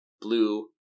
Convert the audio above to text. blue